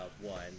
One